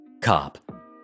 Cop